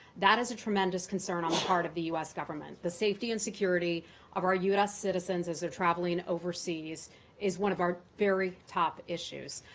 that is a tremendous concern on the part of the u s. government. the safety and security of our u s. citizens as they're traveling overseas is one of our very top issues.